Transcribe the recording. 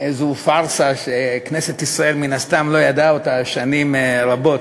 זו פארסה שכנסת ישראל מן הסתם לא ידעה שנים רבות,